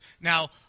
Now